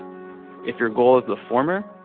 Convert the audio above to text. if your goal is the former,